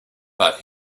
but